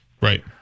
Right